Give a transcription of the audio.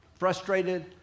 Frustrated